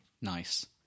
Nice